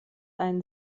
ein